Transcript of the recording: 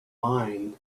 mind